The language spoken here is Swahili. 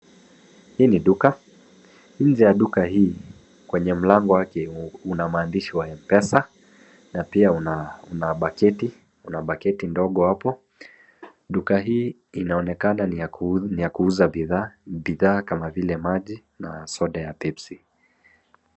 Hii ni duka, nje ya duka hii kwenye mlango wake una maandishi ya mpesa na pia una baketi, una baketi ndogo hapo. Duka hii inaonekana ni ya kuuza bidhaa, bidhaa kama vile maji na soda ya Pepsi.